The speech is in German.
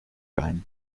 ein